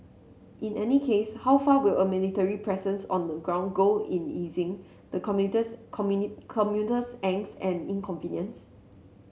in any case how far will a military presence on the ground go in easing the commuters commuter's angst and inconvenience